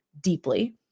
deeply